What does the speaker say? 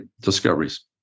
discoveries